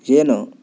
येन